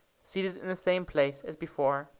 seated in the same place as before.